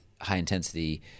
high-intensity